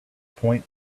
point